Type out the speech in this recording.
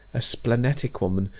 a splenetic woman,